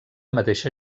mateixa